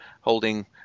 holding